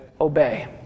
obey